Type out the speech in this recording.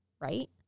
right